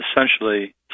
essentially